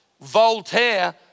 Voltaire